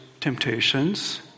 temptations